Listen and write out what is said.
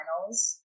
finals